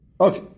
Okay